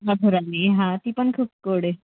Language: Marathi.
मधुराणी हा ती पण खूप गोड आहे